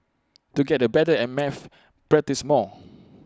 to get A better at maths practise more